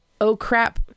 oh-crap